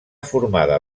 formada